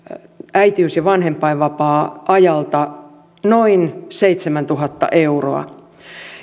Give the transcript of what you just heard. äitiys ja vanhempainvapaan ajalta noin seitsemäntuhatta euroa